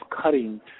cutting